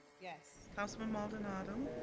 yes. councilman maldonado.